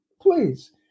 please